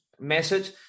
message